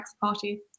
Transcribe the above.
party